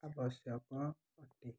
ଆବଶ୍ୟକ ଅଟେ